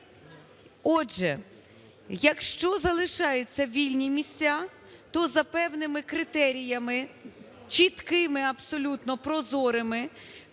Отже, якщо залишаються вільні місця, то за певними критеріями, чіткими абсолютно, прозорими